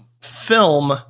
film